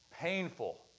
Painful